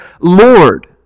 Lord